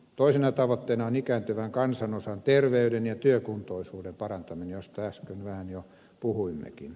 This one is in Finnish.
toisena tavoitteena on ikääntyvän kansanosan terveyden ja työkuntoisuuden parantaminen josta äsken vähän jo puhuimmekin